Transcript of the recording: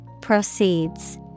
Proceeds